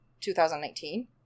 2019